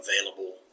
available